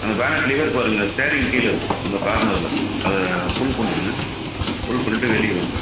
அந்தப் bonnet lever பாருங்கள் steering கீழே இருக்குது அந்த கார்னர்ல அதை புள் பண்ணுங்கள் புள் பண்ணிட்டு வெளியே வாங்க